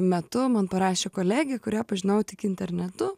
metu man parašė kolegė kurią pažinojau tik internetu